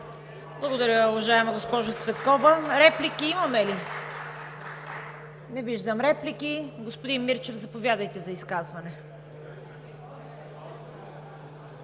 Благодаря, уважаема госпожо Цветкова. Има ли реплики? Не виждам. Господин Мирчев, заповядайте за изказване.